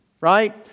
Right